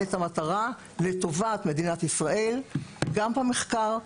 את המטרה לטובת מדינת ישראל גם במחקר,